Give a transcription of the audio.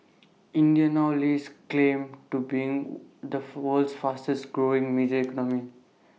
India now lays claim to being the world's fastest growing major economy